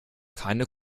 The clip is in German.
keine